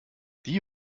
die